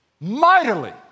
mightily